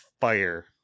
fire